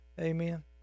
amen